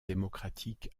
démocratique